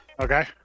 Okay